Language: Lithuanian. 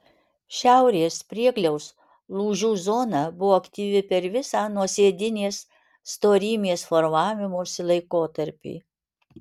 šiaurės priegliaus lūžių zona buvo aktyvi per visą nuosėdinės storymės formavimosi laikotarpį